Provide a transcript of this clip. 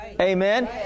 amen